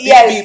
Yes